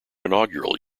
inaugural